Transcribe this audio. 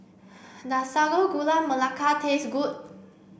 does Sago Gula Melaka taste good